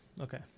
Okay